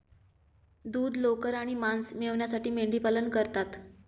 दूध, लोकर आणि मांस मिळविण्यासाठी मेंढीपालन करतात